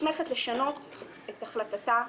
מוסמכת לשנות את החלטתה